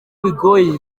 bigoye